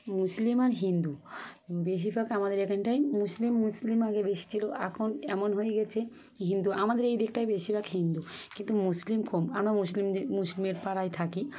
মুসলিম আর হিন্দু বেশিরভাগ আমাদের এখানটাই মুসলিম মুসলিম আগে বেশি ছিলো এখন এমন হয়ে গেছে হিন্দু আমাদের এই দিকটায় বেশিরভাগ হিন্দু কিন্তু মুসলিম কম আমরা মুসলিম যে মুসলিমের পাড়ায় থাকি